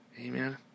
Amen